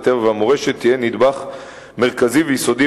הטבע והמורשת תהיה נדבך מרכזי ויסודי